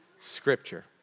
Scripture